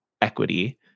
equity